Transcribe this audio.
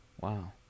wow